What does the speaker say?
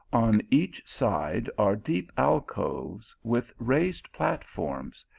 on each side are deep alcoves with raised platforms,